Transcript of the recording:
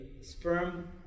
sperm